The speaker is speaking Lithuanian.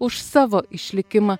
už savo išlikimą